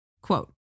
Quote